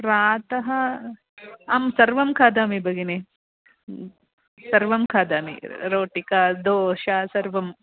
प्रातः आं सर्वं खादामि भगिनी सर्वं खादामि रोटिका दोशा सर्वम्